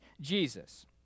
Jesus